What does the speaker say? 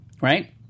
right